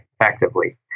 effectively